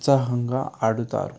ఉత్సాహంగా ఆడుతారు